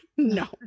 no